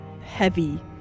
heavy